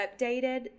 updated